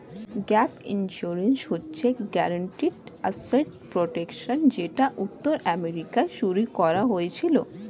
gap insurance হচ্ছে guaranteed asset protection যেটা উত্তর আমেরিকায় শুরু করা হয়েছিল